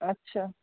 अछा